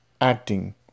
acting